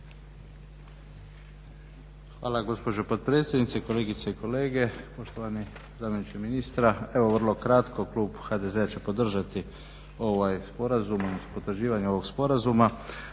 Hvala gospođo potpredsjednice, kolegice i kolege, štovani zamjeniče ministra. Evo vrlo kratko. Klub HDZ-a će podržati ovaj sporazum, potvrđivanje ovog sporazuma.